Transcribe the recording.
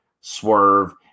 swerve